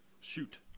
Shoot